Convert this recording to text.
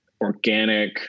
organic